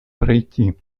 пройти